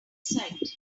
sight